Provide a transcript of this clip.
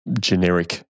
generic